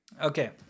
Okay